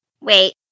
Wait